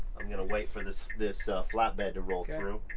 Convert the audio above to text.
i'm gonna wait for this this flatbed to roll through.